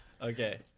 Okay